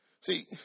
See